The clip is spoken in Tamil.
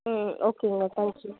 ம் ஓகேங்க தேங்க் யூ